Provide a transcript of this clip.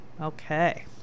Okay